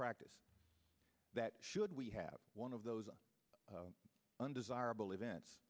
practice that should we have one of those undesirable events